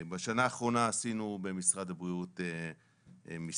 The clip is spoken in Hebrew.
בשנה האחרונה עשינו במשרד הבריאות מספר